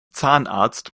zahnarzt